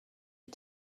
ich